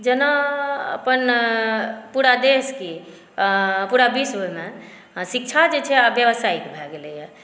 जेना अपन पूरा देशके पूरा विश्वमे शिक्षा जे छै आब व्यावसायिक भए गेलै हँ